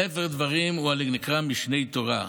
ספר דברים נקרא משנה תורה,